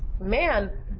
man